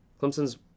Clemson's